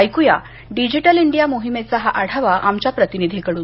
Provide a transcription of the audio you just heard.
ऐकूया digital India मोहिमेचा हा आढवा आमच्या प्रतिनिधीकडून